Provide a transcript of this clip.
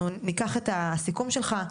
אנחנו ניקח את הסיכום שלך,